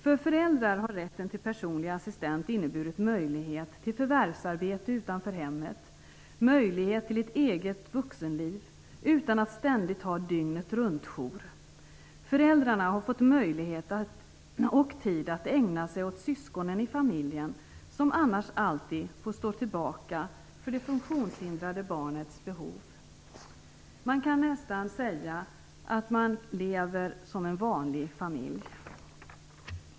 För föräldrarna har rätten till personlig assistent inneburit möjlighet till förvärvsarbete utanför hemmet och möjlighet till ett eget vuxenliv utan att ständigt ha dygnet-runt-jour. Föräldrarna har fått möjlighet och tid att ägna sig åt syskonen i familjen som annars alltid får stå tillbaka för det funktionshindrade barnets behov. Man kan nästan säga att man lever som en vanlig familj.